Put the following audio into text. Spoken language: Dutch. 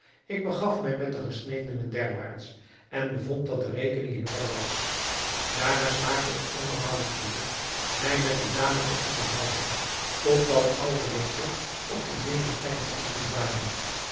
ik begaf mij met den gesnedene derwaarts en bevond dat de rekening in orde was daarna smaakte ik andermaal het geluk mij met de dame te onderhouden tot dat al de winkels op den berestein geopend waren